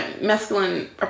masculine